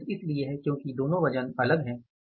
यहाँ सूत्र इसलिए है क्योंकि दोनों वज़न अलग हैं